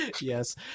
yes